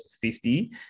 fifty